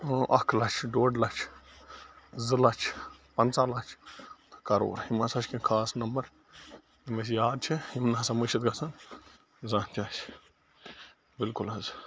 اَکھ لَچھ ڈۄڈ لَچھ زٕ لَچھ پنٛژاہ لَچھ تہٕ کَرور یِم ہَسا چھِ کیٚنٛہہ خاص نمبر یِم اَسہِ یاد چھِ یِم نہٕ ہسا مٔشِد گَژھَن زانٛہہ تہِ آسہِ بِلکُل حظ